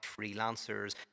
freelancers